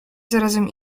zarazem